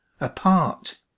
Apart